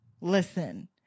Listen